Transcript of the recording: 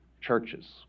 churches